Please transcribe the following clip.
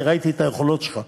אני ראיתי את היכולות שלך,